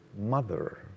mother